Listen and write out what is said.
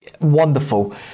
wonderful